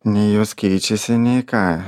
nei jos keičiasi nei ką